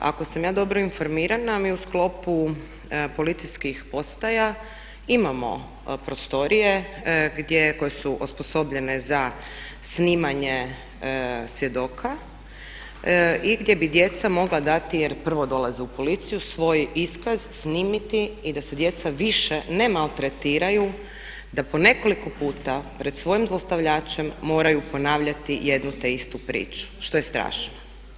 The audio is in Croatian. Ako sam ja dobro informirana mi u sklopu policijskih postaja imamo prostorije koje su osposobljene za snimanje svjedoka i gdje bi djeca mogla dati jer prvo dolaze u policiju svoj iskaz, snimiti i da se djeca više ne maltretiraju da po nekoliko puta pred svojim zlostavljačem moraju ponavljati jednu te istu priču što je strašno.